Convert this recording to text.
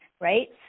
right